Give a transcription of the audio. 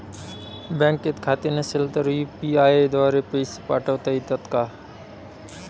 बँकेत खाते नसेल तर यू.पी.आय द्वारे पैसे पाठवता येतात का?